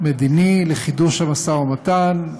מדיני לחידוש המשא-ומתן.